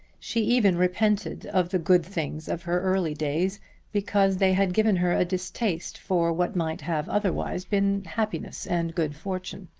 she even repented of the good things of her early days because they had given her a distaste for what might have otherwise been happiness and good fortune.